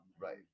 right